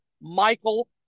Michael